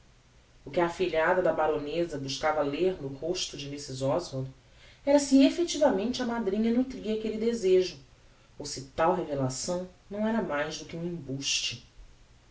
o que a afilhada da baroneza buscava ler no rosto de mrs oswald era se effectivamente a madrinha nutria aquelle desejo ou se tal revelação não era mais do que um embuste